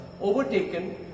overtaken